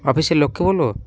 অফিসের লোককে বলব